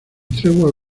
tregua